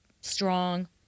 strong